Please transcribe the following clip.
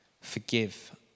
forgive